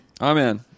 Amen